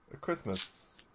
Christmas